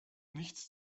nichts